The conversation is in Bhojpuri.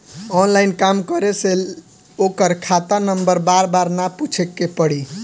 ऑनलाइन काम करे से ओकर खाता नंबर बार बार ना पूछे के पड़ी